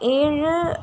ஏழு